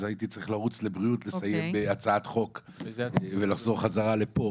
אז הייתי צריך לרוץ לוועדת הבריאות לסייע בהצעת חוק ולחזור חזרה לפה.